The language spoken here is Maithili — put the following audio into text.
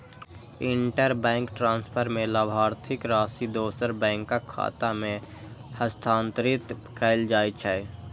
इंटरबैंक ट्रांसफर मे लाभार्थीक राशि दोसर बैंकक खाता मे हस्तांतरित कैल जाइ छै